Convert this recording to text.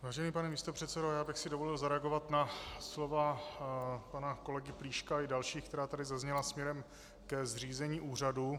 Vážený pane místopředsedo, já bych si dovolil zareagovat na slova pana kolegy Plíška i dalších, která tady zazněla směrem ke zřízení úřadu.